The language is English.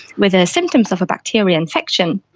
with ah symptoms of a bacterial infection,